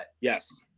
Yes